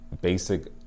Basic